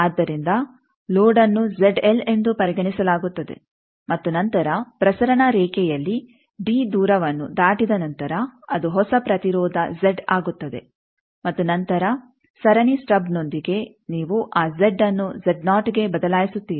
ಆದ್ದರಿಂದ ಲೋಡ್ಅನ್ನು ಎಂದು ಪರಿಗಣಿಸಲಾಗುತ್ತದೆ ಮತ್ತು ನಂತರ ಪ್ರಸರಣ ರೇಖೆಯಲ್ಲಿ ಡಿ ದೂರವನ್ನು ದಾಟಿದ ನಂತರ ಅದು ಹೊಸ ಪ್ರತಿರೋಧ ಜೆಡ್ ಆಗುತ್ತದೆ ಮತ್ತು ನಂತರ ಸರಣಿ ಸ್ಟಬ್ನೊಂದಿಗೆ ನೀವು ಆ ಜೆಡ್ ಅನ್ನು ಗೆ ಬದಲಾಯಿಸುತ್ತೀರಿ